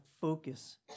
focus